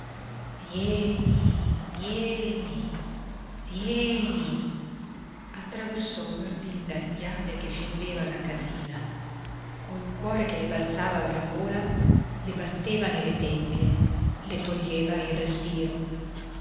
vieni vieni attraversò guardinga il viale che scendeva alla casina col cuore che le balzava alla gola le batteva nelle tempie le toglieva il respiro